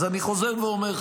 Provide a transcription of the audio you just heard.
אז אני חוזר ואומר,